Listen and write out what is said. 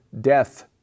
death